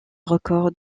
records